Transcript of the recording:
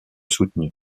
soutenus